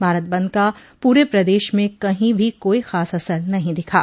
भारत बंद का पूरे प्रदेश में कहीं भी कोई खास असर नहीं दिखा